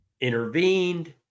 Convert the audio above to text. intervened